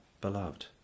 beloved